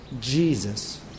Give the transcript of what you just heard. Jesus